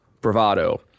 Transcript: bravado